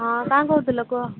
ହଁ କାଣ କହୁଥିଲ କୁହ